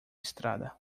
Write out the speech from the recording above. estrada